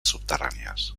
subterrànies